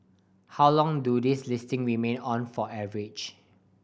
how long do these listing remain on for average